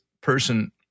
person